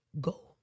go